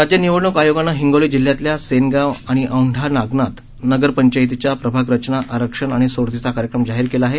राज्य निवडणूक आयोगानं हिंगोली जिल्ह्यातील सेनगांव आणि औंढा नागनाथ नगरपंचायतीच्या प्रभाग रचना आरक्षण आणि सोडतीचा कार्यक्रम जाहीर केलेला आहे